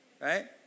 right